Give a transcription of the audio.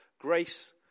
Grace